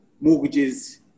mortgages